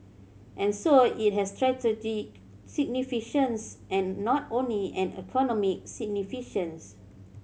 and so it has strategic and not only an economic